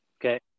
Okay